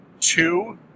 two